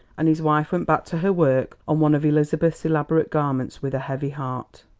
and his wife went back to her work on one of elizabeth's elaborate garments with a heavy heart.